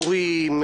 מורים,